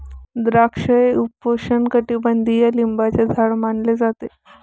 द्राक्षे हे उपोष्णकटिबंधीय लिंबाचे झाड मानले जाते